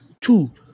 Two